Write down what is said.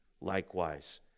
likewise